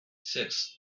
six